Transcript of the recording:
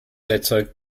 erzeugt